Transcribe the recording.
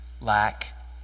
lack